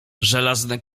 żelazne